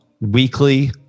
weekly